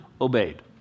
obeyed